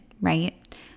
right